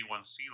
A1C